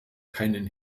keinen